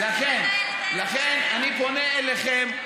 לכן, אני פונה אליכם.